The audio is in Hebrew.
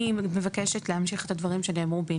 אני מבקשת להמשיך את הדברים שנאמרו על